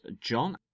John